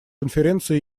конференции